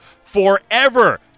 forever